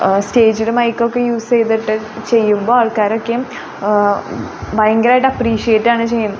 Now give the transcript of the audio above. സ്റ്റേജിൽ മൈക്ക് ഒക്കെ യൂസ് ചെയ്തിട്ട് ചെയ്യുമ്പോൾ ആൾക്കാരൊക്കെയും ഭയങ്കരമായിട്ട് അപ്പ്രീഷിയേറ്റ് ആണ് ചെയ്